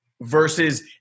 versus